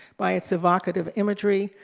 by its evocative imagery.